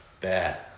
Bad